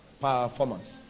performance